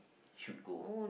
should go